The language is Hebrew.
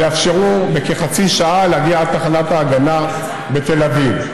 ותאפשר בכחצי שעה להגיע עד תחנת ההגנה בתל אביב.